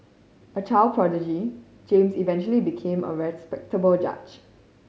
a child prodigy James eventually became a respectable judge